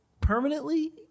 permanently